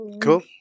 Cool